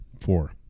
Four